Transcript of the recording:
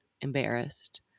embarrassed